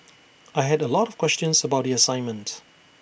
I had A lot of questions about the assignment